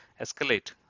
escalate